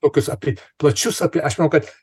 tokius apie plačius apie aš manau kad